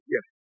Yes